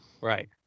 Right